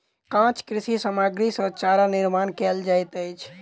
काँच कृषि सामग्री सॅ चारा निर्माण कयल जाइत अछि